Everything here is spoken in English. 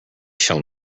shall